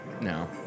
No